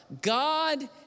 God